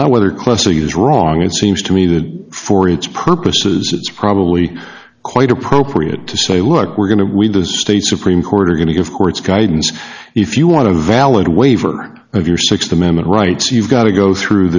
now whether clustering is wrong it seems to me that for its purposes it's probably quite appropriate to say look we're going to with a state supreme court are going to give courts guidance if you want to valid waiver of your sixth amendment rights you've got to go through